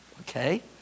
Okay